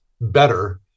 better